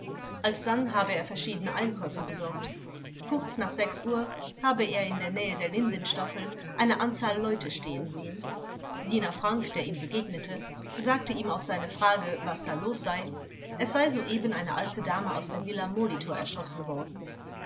alsdann habe er verschiedene einkäufe besorgt kurz nach sechs uhr habe er in der nähe der lindenstaffel eine anzahl leute stehen sehen diener frank der ihm begegnete sagte ihm auf seine frage was da los sei es sei soeben eine alte dame aus der villa molitor erschossen worden